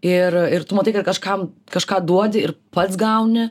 ir ir tu matai kad kažkam kažką duodi ir pats gauni